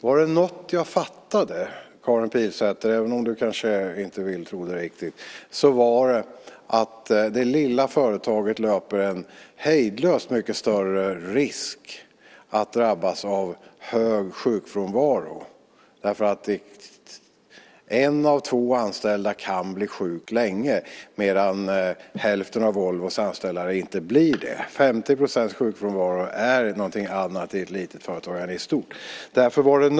Var det något jag fattade, Karin Pilsäter, även om du inte vill tro det riktigt, var det att det lilla företaget löper en hejdlöst mycket större risk att drabbas av hög sjukfrånvaro. En av två anställda kan bli sjuk länge medan hälften av Volvos anställda inte blir det. 50 % sjukfrånvaro är något annat i ett litet företag än i ett stort.